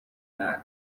math